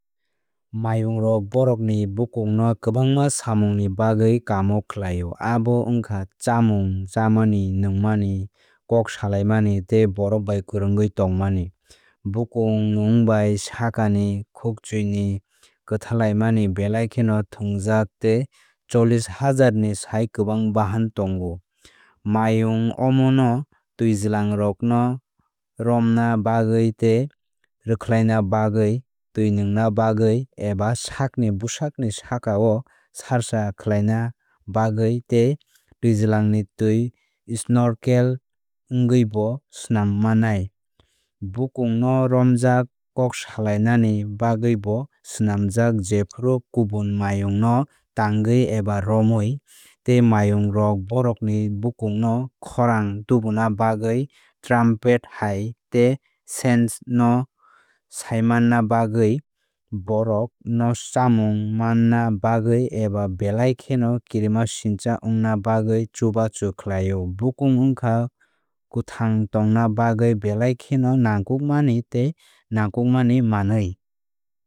Maiyung rok bohrokni bukung no kwbangma samungni bagwi kamo khlaio. Abo wngkha chamung chamani nungmani kok salaimani tei borok bai kwrwngwi tongmani. Bukung nwng bai sakani khwchui ni kwthalimani belai kheno thwngjak tei cholis hazzar ni sai kwbang bahan tongo. Maiyung omono twijlangrokno romna bagwi tei rwkhlaina bagwi twi nungna bagwi eba sakni bwsakni sakao sarsa khlaina bagwi tei twijlangni twi snorkel wngwibo swnamnai. Bukung no romjak kok salainani bagwibo swnamjak jephru kubun maiyung no tangwi eba romwi. Tei maiyungrok bohrokni bukung no khorang tubuna bagwi trumpet hai tei scents no saimanna bagwi bohrok no chamung manna bagwi eba belai kheno kirimasingcha wngna bagwi chubachu khlaio. Bukung wngkha kwthang tongna bagwi belai kheno nangkukmani tei nangkukmani manwi.